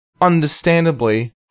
understandably